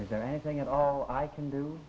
is there anything at all i can do